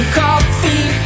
coffee